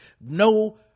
no